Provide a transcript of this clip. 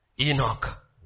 Enoch